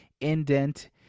indent